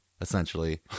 essentially